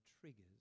triggers